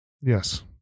Yes